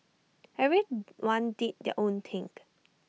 everyone did their own thing